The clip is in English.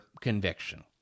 conviction